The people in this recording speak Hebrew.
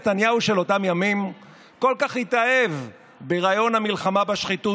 נתניהו של אותם ימים כל כך התאהב ברעיון המלחמה בשחיתות